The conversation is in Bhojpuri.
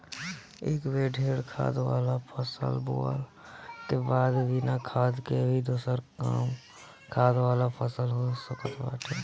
एक बेर ढेर खाद वाला फसल बोअला के बाद बिना खाद के भी दोसर कम खाद वाला फसल हो सकताटे